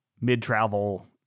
mid-travel